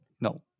no